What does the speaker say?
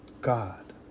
God